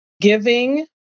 giving